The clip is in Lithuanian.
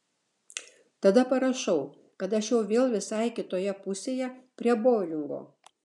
tada parašau kad aš jau vėl visai kitoje pusėje prie boulingo